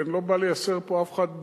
כי אני לא בא לייסר פה אף אחד,